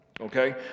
Okay